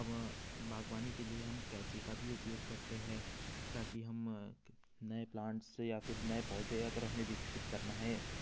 अब बाग़वानी के लिए हम कैंची का भी उपयोग करते हैं ताकि हम नए प्लान्ट्स से या फिर नए पौधे अगर हमें विकसित करना है